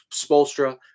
Spolstra